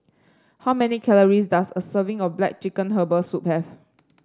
how many calories does a serving of black chicken Herbal Soup have